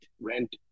rent